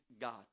God